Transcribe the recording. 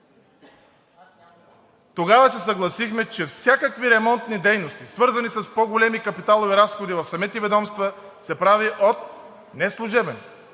тогава се съгласихме, че всякакви ремонтни дейности, свързани с по-големи капиталови разходи в самите ведомства, се правят не от служебен,